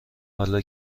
حالا